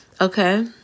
okay